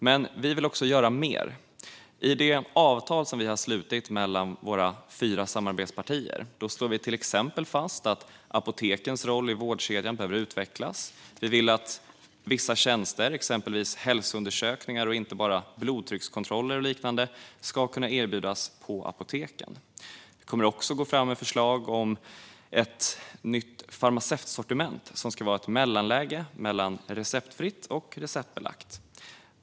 Men vi vill också göra mer. I det avtal som vi har slutit mellan våra fyra samarbetspartier slår vi till exempel fast att apotekens roll i vårdkedjan behöver utvecklas. Vi vill att vissa tjänster, exempelvis hälsoundersökningar och inte bara blodtryckskontroller och liknande, ska kunna erbjudas på apoteken. Vi kommer också att gå fram med förslag om ett nytt farmaceutsortiment som ska vara ett mellanläge mellan receptfritt och receptbelagt.